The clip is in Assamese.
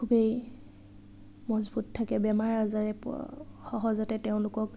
খুবেই মজবুত থাকে বেমাৰ আজাৰে প সহজতে তেওঁলোকক